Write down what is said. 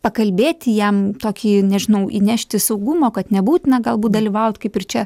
pakalbėti jam tokį nežinau įnešti saugumo kad nebūtina galbūt dalyvaut kaip ir čia